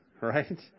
right